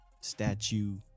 statue